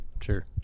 Sure